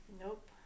Nope